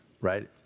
right